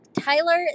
Tyler